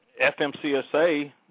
FMCSA